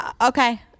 okay